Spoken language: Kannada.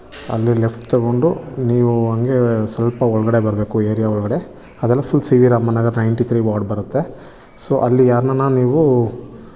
ಅಲ್ಲಿ ಲೆಫ್ಟ್ ತಗೊಂಡು ನೀವು ಹಂಗೆ ಸ್ವಲ್ಪ ಒಳಗಡೆ ಬರಬೇಕು ಏರಿಯಾ ಒಳಗಡೆ ಅದ್ರಲ್ಲಿ full C V Raman Nagar ninety three ward ಬರುತ್ತೆ ಸೊ ಅಲ್ಲಿ ಯಾರನ್ನ ನೀವು